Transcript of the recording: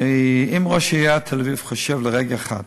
אם ראש עיריית תל-אביב חושב לרגע אחד